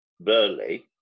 Burley